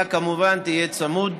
אתה כמובן תהיה צמוד